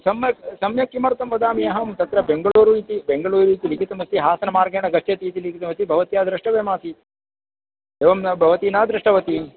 सम्यक् सम्यक् किमर्थं वदामि अहं तत्र बेङ्गलूरु इति बेङ्गलूरु इति लिखितमस्ति हासनमार्गेण गच्छति इति अस्ति भवत्या दृष्टव्यमासीत् एवं न भवती न दृष्टवती